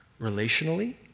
relationally